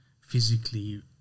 physically